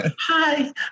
Hi